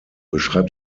beschreibt